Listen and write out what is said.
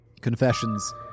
Confessions